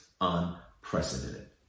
unprecedented